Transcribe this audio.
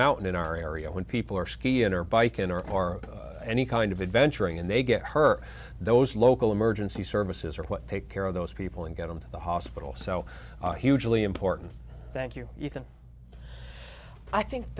mountain in our area when people are ski in or bike in or or any kind of adventuring and they get her those local emergency services or what take care of those people and get them to the hospital so hugely important thank you you can i think